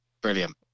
brilliant